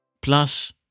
Plus